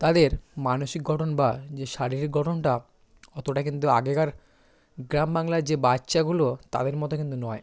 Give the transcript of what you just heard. তাদের মানসিক গঠন বা যে শারীরিক গঠনটা অতটা কিন্তু আগেকার গ্রামবাংলার যে বাচ্চাগুলো তাদের মত কিন্তু নয়